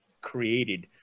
created